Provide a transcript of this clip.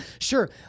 sure